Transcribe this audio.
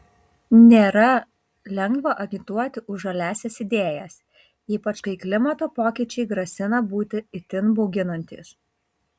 nėra lengva agituoti už žaliąsias idėjas ypač kai klimato pokyčiai grasina būti itin bauginantys